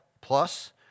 Plus